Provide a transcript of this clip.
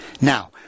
Now